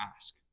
ask